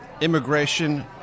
immigration